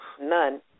None